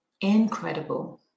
incredible